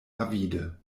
avide